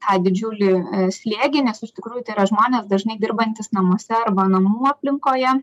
tą didžiulį slėgį nes iš tikrųjų tai yra žmonės dažnai dirbantys namuose arba namų aplinkoje